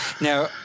Now